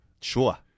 Sure